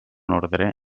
ordre